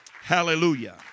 Hallelujah